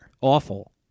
Awful